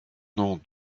nom